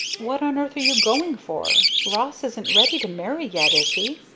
what on earth are you going for? ross isn't ready to marry yet, is he?